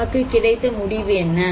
நமக்கு கிடைத்த முடிவு என்ன